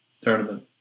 tournament